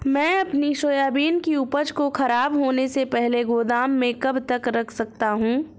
मैं अपनी सोयाबीन की उपज को ख़राब होने से पहले गोदाम में कब तक रख सकता हूँ?